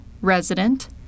resident